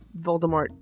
Voldemort